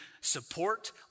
support